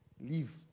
leave